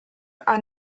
are